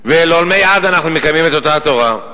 ולעולמי עד אנחנו מקיימים את אותה תורה.